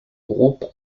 groupe